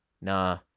Nah